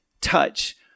touch